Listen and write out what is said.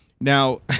Now